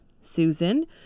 Susan